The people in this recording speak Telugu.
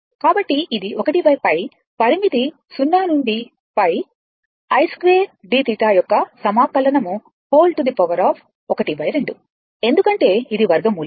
కాబట్టి ఇది 1 π పరిమితి 0 నుండి π i2dθ యొక్క సమాకలనం12 ఎందుకంటే ఇది వర్గ మూలం